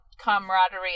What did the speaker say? camaraderie